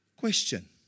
question